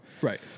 Right